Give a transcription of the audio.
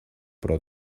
però